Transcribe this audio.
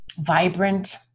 vibrant